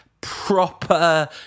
proper